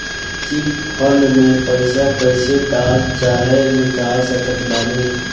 Chit fund मे पईसा कईसे डाल चाहे निकाल सकत बानी?